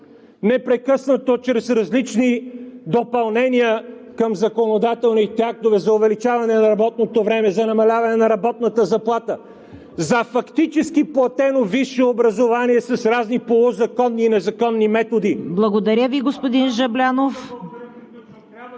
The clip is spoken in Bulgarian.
непрекъснато чрез различни допълнения към законодателните актове за увеличаване на работното време, за намаляване на работната заплата, за фактически платено висше образование с разни полузаконни и незаконни методи. ПРЕДСЕДАТЕЛ ЦВЕТА